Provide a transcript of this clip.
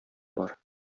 бар